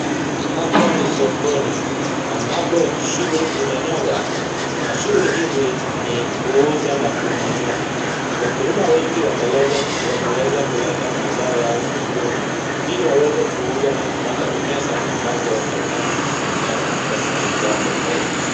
Hapa ni sokoni, ambapo shughuli zimenoga na shughuli hizi ni kuuza na kununua. Wakulima wengi wameweza kuleta mazao yao sokoni ili waweze kuuza na kupata pesa ambazo watakazo kutumia katika shughuli zao tofauti.